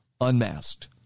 unmasked